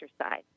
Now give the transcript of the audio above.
exercise